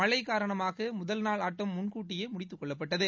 மழை காரணமாக முதல் நாள் ஆட்டம் முன்கூட்டியே முடித்துக்கொள்ளப்பட்டது